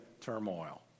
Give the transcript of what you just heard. turmoil